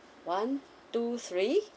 one two three